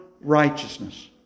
righteousness